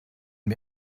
mir